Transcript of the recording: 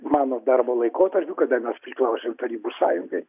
mano darbo laikotarpiu kada mes priklausėm tarybų sąjungai